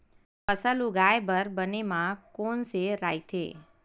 फसल उगाये बर बने माह कोन से राइथे?